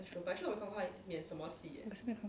我也是没看过